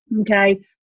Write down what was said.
Okay